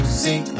see